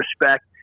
respect